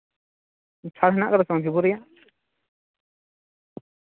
ᱪᱷᱟᱲ ᱦᱮᱱᱟᱜ ᱠᱟᱫᱟ ᱥᱮ ᱵᱟᱝ ᱵᱷᱤᱵᱳ ᱨᱮᱭᱟᱜ